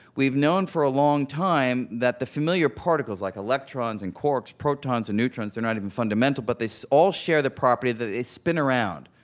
we've known for a long time that the familiar particles, like electrons and quarks, protons, and neutrons, they're not even fundamental, but they so all share the property that spin around.